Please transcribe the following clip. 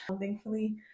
Thankfully